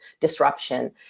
disruption